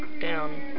down